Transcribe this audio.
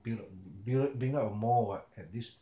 bring up bri~ bring up a mall what at this